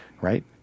right